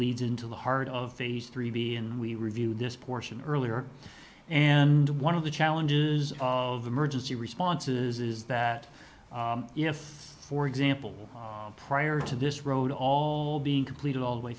leads into the heart of phase three b and we reviewed this portion earlier and one of the challenges of emergency responses is that if for example prior to this road all being completed all the way